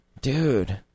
Dude